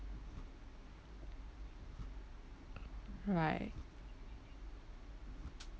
right